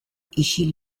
isil